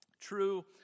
True